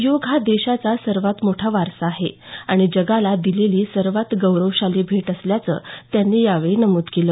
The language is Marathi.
योग हा देशाचा सर्वात मोठा वारसा आहे आणि जगाला दिलेली सर्वात गौरवशाली भेट असल्याचं त्यांनी यावेळी नमुद केलं